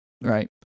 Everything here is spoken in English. right